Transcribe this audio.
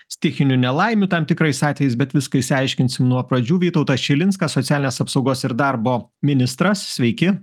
stichinių nelaimių tam tikrais atvejais bet viską išsiaiškinsim nuo pradžių vytautas šilinskas socialinės apsaugos ir darbo ministras sveiki